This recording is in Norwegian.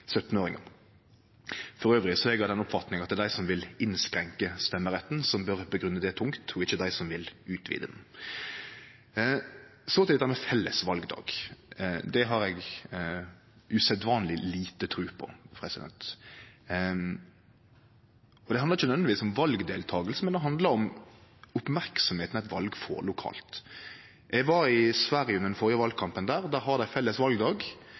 er eg av den oppfatninga at det er dei som vil innskrenke stemmeretten som bør grunngje det tungt, og ikkje dei som vil utvide han. Så til dette med felles valdag. Det har eg usedvanleg lite tru på. Det handlar ikkje nødvendigvis om valdeltaking, men det handlar om merksemda eit val får lokalt. Eg var i Sverige under den førre valkampen der. Der har dei felles valdag,